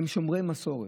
הם שומרי מסורת.